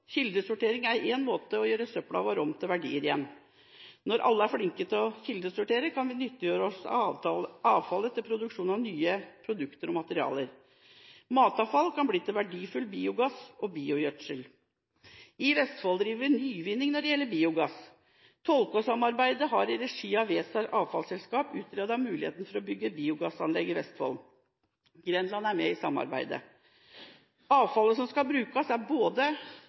Kildesortering er en måte å gjøre søpla vår om til verdier igjen. Når alle er flinke til å kildesortere, kan vi nyttiggjøre oss avfallet til produksjon av nye produkter og materialer. Matavfall kan bli til verdifull biogass og biogjødsel. I Vestfold driver vi nyvinning når det gjelder biogass. I tolvkommunesamarbeidet har de i regi av VESAR avfallsselskap utredet muligheten for å bygge et biogassanlegg i Vestfold. Grenland er med i samarbeidet. Avfallet som skal brukes, er både